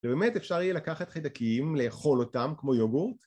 ובאמת אפשר יהיה לקחת חיידקים, לאכול אותם, כמו יוגורט...